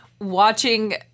watching